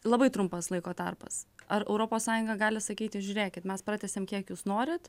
labai trumpas laiko tarpas ar europos sąjunga gali sakyti žiūrėkit mes pratęsiam kiek jūs norit